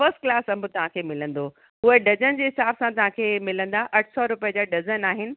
first class अंब तव्हांखे मिलंदो उहे डजन जे हिसाब सां तव्हांखे मिलंदा अठ सौ रुपए जा डजन आहिनि